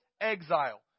exile